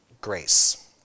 grace